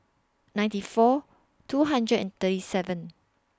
ninety four two hundred and thirty seven